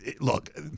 look